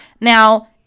now